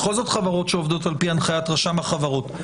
בכל זאת חברות שעובדות על פי הנחיית רשם החברות.